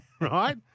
right